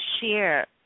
share